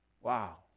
Wow